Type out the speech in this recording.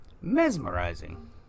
Mesmerizing